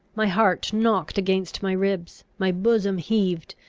my heart knocked against my ribs, my bosom heaved,